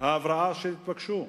ההבראה שהתבקשו.